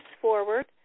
forward